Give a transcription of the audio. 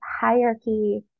hierarchy